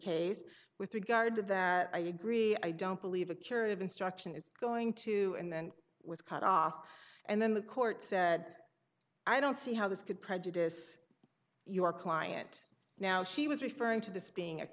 case with regard to that i agree i don't believe a curious instruction is going to and then was cut off and then the court said i don't see how this could prejudice your client now she was referring to this being a